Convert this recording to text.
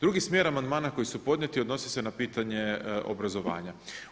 Drugi smjer amandmana koji su podnijeti odnosi se na pitanje obrazovanja.